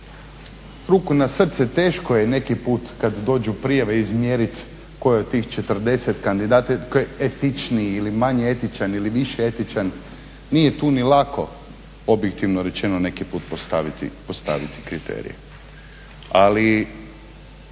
ruku na srce teško je neki put kada dođu prijave izmjeriti tko je od tih 40 kandidata etičniji ili manje etičan ili više etičan, nije tu ni lako objektivno rečeno neki put postaviti kriterije. Ali